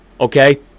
Okay